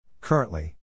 Currently